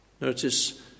Notice